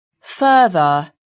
Further